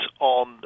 on